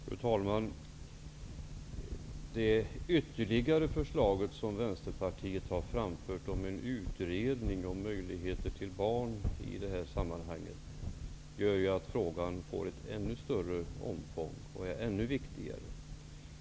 Fru talman! Det ytterligare förslag som Vänsterpartiet har framfört om en utredning om möjligheter att adoptera barn i detta sammanhang gör att frågan får ett ännu större omfång och blir ännu viktigare.